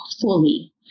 fully